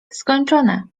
skończone